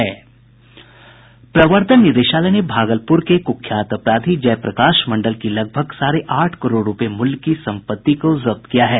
प्रवर्तन निदेशालय ने भागलपुर के कुख्यात अपराधी जयप्रकाश मंडल की लगभग साढ़े आठ करोड़ रुपये मूल्य की संपत्ति को जब्त किया है